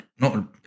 No